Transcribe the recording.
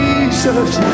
Jesus